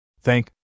Thank